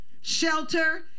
shelter